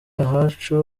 ahacu